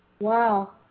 Wow